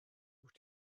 wyt